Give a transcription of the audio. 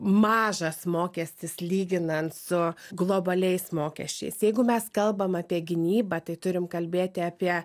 mažas mokestis lyginant su globaliais mokesčiais jeigu mes kalbam apie gynybą tai turim kalbėti apie